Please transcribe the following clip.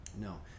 no